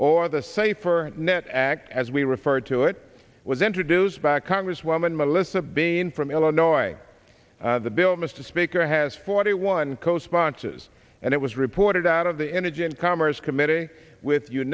or the safer net act as we refer to it was introduced by a congresswoman melissa being from illinois the bill mr speaker has forty one co sponsors and it was reported out of the energy and commerce committee with